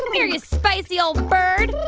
come here, you spicy old bird.